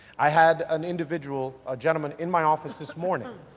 i had an individual a gentleman in my office this morning,